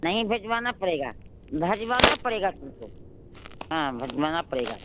नहीं भिजवाना पड़ेगा भिजवाना पड़ेगा तुमको हाँ भिजवाना पड़ेगा